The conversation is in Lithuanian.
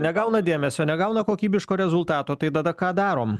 negauna dėmesio negauna kokybiško rezultato tai tada ką darom